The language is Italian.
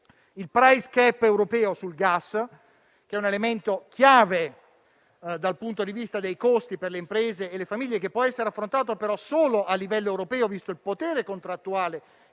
Il *price cap* europeo sul gas è un elemento chiave dal punto di vista dei costi per le imprese e le famiglie; esso può essere affrontato solo a livello europeo, visto il potere contrattuale